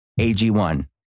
AG1